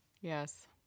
Yes